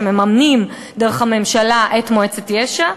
שמממנים דרך הממשלה את מועצת יש"ע,